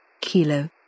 Kilo